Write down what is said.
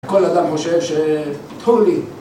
כל אדם חושב ש... פתחו לי!